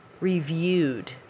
reviewed